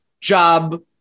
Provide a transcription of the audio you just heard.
job